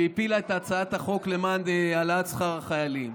שהפילה את הצעת החוק למען העלאת שכר החיילים.